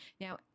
now